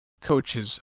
coaches